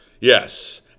Yes